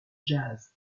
jazz